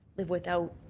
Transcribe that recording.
live without